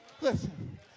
listen